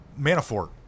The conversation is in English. Manafort